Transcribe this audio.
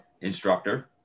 instructor